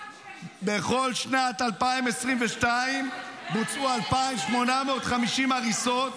בכל שנת 2022 בוצעו 2,850 הריסות.